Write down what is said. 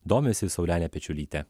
domisi saulenė pečiulytė